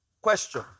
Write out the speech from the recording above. Question